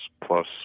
plus